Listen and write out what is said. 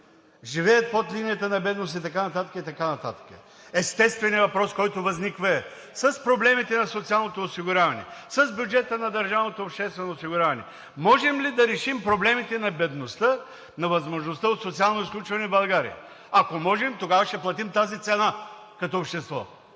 живеят под линията на бедност и така нататък. Естественият въпрос, който възниква, е: можем ли да решим проблемите на социалното осигуряване, с бюджета на държавното обществено осигуряване? Можем ли да решим проблемите на бедността и възможността от социално изключване в България? Ако можем, тогава ще платим тази цена като общество,